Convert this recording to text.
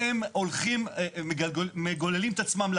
ן ספור פניות לעסקים בעיריות שלהם